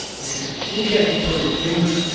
okay? you can't control your finger!